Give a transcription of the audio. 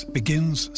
begins